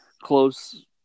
close